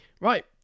Right